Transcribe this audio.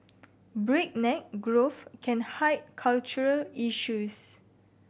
breakneck growth can hide cultural issues